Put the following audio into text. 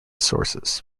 sources